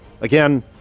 Again